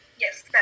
yes